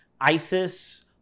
ISIS